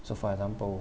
so for example